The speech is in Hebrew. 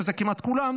שזה כמעט כולם,